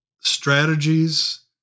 strategies